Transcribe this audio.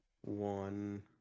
one